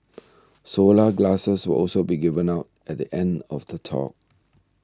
solar glasses will also be given out at the end of the talk